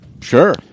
Sure